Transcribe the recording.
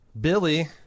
Billy